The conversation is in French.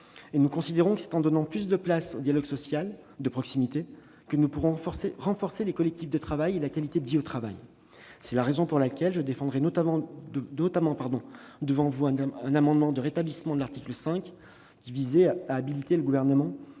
Nous considérons que c'est en donnant plus de place au dialogue social de proximité que nous pourrons renforcer les collectifs de travail et la qualité de vie au travail. C'est la raison pour laquelle je défendrai devant vous un amendement de rétablissement de l'article 5, lequel prévoit d'habiliter le Gouvernement